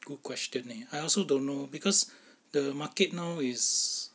good question eh I also don't know because the market now is